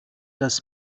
das